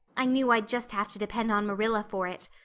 i knew i'd just have to depend on marilla for it.